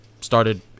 started